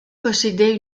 possédait